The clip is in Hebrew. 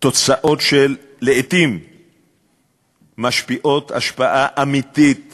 תוצאות שלעתים משפיעות השפעה אמיתית